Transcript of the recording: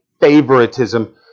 favoritism